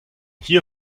hier